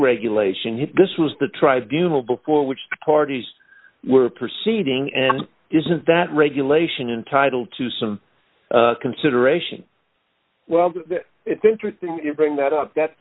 regulation has this was the tribunals before which the parties were proceeding and isn't that regulation entitle to some consideration well it's interesting you bring that up that